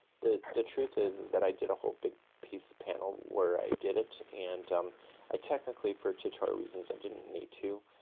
the, the truth is, is that i did a whole big piece of panel where i did it, and um i technically for tutorial reasons i didn't need to,